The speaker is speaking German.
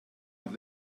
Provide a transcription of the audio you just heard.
hat